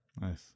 Nice